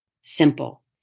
simple